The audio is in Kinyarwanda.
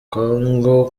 congo